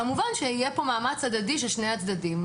כמובן שיהיה פה מאמץ הדדי של שני הצדדים.